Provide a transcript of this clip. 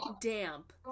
damp